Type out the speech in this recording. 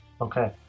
Okay